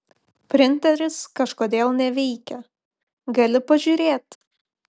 printeris kažkodėl neveikia gali pažiūrėt